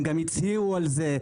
הם גם הצהירו על זה,